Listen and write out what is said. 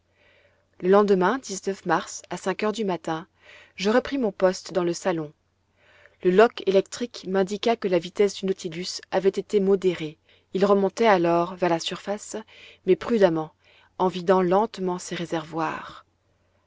lendemain mars à cinq heures du matin je repris mon poste dans le salon le loch électrique m'indiqua que la vitesse du nautilus avait été modérée il remontait alors vers la surface mais prudemment en vidant lentement ses réservoirs